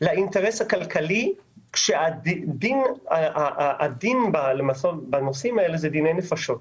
לאינטרס הכלכלי כאשר הדין בנושאים האלה הוא דיני נפשות.